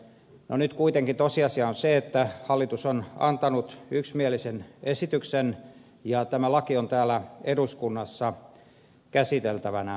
nyt kuitenkin tosiasia on se että hallitus on antanut yksimielisen esityksen ja tämä laki on täällä eduskunnassa käsiteltävänä